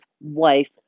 wife